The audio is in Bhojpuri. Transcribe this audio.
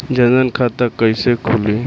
जनधन खाता कइसे खुली?